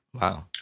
Wow